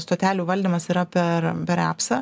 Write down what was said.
stotelių valdymas yra per per epsą